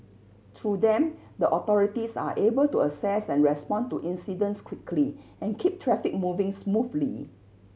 through them the authorities are able to assess and respond to incidents quickly and keep traffic moving smoothly